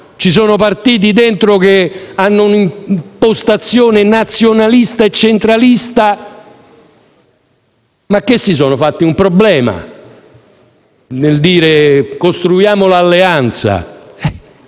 Ci sono partiti dentro che hanno un'impostazione nazionalista e centralista, ma che non si sono fatti problemi a dire di costruire l'alleanza.